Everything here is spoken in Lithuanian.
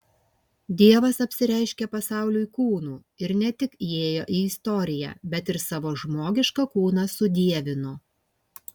dievas apsireiškė pasauliui kūnu ir ne tik įėjo į istoriją bet ir savo žmogišką kūną sudievino